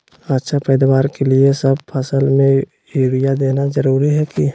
अच्छा पैदावार के लिए सब फसल में यूरिया देना जरुरी है की?